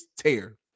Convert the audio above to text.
tear